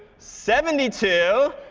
seventy two.